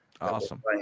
Awesome